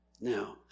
Now